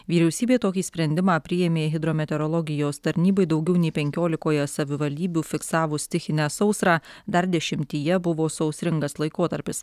vyriausybė tokį sprendimą priėmė hidrometeorologijos tarnybai daugiau nei penkiolikoje savivaldybių fiksavus stichinę sausrą dar dešimtyje buvo sausringas laikotarpis